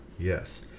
Yes